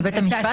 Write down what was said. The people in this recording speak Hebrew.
לבית המשפט?